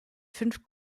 fünf